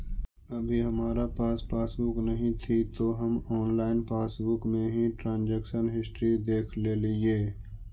अभी हमारा पास पासबुक नहीं थी तो हम ऑनलाइन पासबुक में ही ट्रांजेक्शन हिस्ट्री देखलेलिये